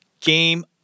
Game